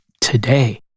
today